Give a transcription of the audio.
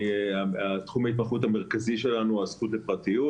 תחום ההתמחות המרכזי שלנו הוא הזכות לפרטיות.